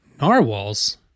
Narwhals